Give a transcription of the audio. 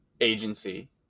agency